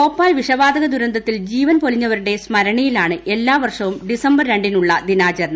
ഭോപാൽ വിഷവാതക ദുരന്തത്തിൽ ജീവൻ പൊലിഞ്ഞവരുടെ സ്മരണയിലാണ് എല്ലാവർഷവും ഡിസംബർ രണ്ടിനുള്ള ദ്ദ്രിനാചരണം